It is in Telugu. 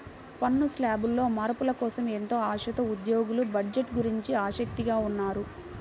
పన్ను శ్లాబుల్లో మార్పుల కోసం ఎంతో ఆశతో ఉద్యోగులు బడ్జెట్ గురించి ఆసక్తిగా ఉన్నారు